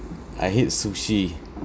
I hate sushi